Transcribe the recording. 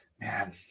man